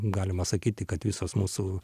galima sakyti kad visos mūsų